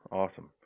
awesome